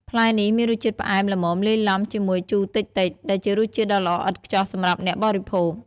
ផ្លែនេះមានរសជាតិផ្អែមល្មមលាយឡំជាមួយជូរតិចៗ ដែលជារសជាតិដ៏ល្អឥតខ្ចោះសម្រាប់អ្នកបរិភោគ។